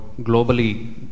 globally